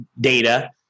data